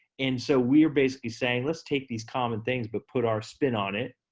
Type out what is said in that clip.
and so we're basically saying, let's take these common things but put our spin on it,